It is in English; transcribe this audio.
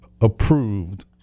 approved